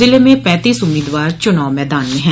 जिले में पैंतीस उम्मीदवार चुनाव मैदान में हैं